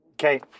Okay